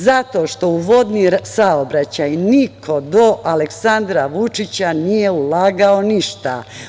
Zato što u vodni saobraćaj niko do Aleksandra Vučića nije ulagao ništa.